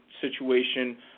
situation